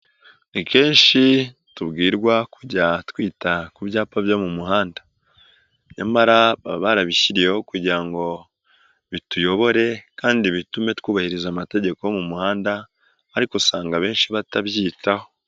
Ni kenshi tubwirwa kujya twita ku byapa byo mu muhanda, nyamara baba barabishyiriyeho kugira ngo bituyobore kandi bitume twubahiriza amategeko yo mu muhanda ariko usanga abenshi batabyitaho.